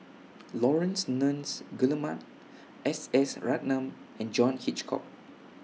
Laurence Nunns Guillemard S S Ratnam and John Hitchcock